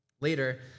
Later